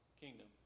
kingdom